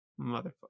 Motherfucker